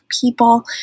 people